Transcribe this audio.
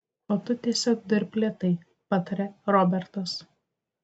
o tu tiesiog dirbk lėtai patarė robertas